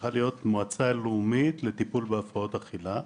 צריכה להיות מועצה לאומית לטיפול בהפרעות אכילה.